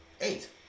Eight